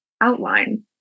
outline